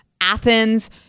Athens